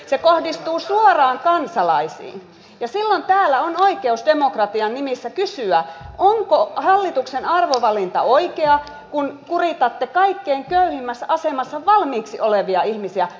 se kohdistuu suoraan kansalaisiin ja sillan täällä on myös hyvin harhaanjohtavaa että viitataan koko nuorisotoiminnan perusrahoitukseen kun puhutaan nuorisotakuun rahoituksesta